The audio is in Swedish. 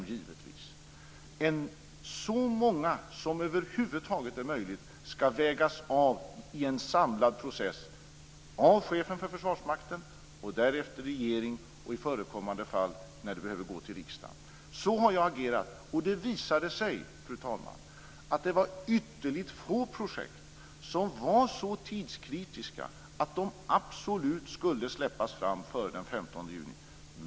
Så många ställningstaganden som över huvud taget är möjligt skall avvägas i en samlad process av chefen för Försvarsmakten, av regeringen och därefter - i förekommande fall - av riksdagen. Så har jag agerat, och det visade sig att det var ytterligt få projekt som var så tidskritiska att de absolut skulle släppas fram före den 15 juni.